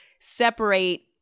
separate